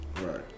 Right